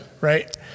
right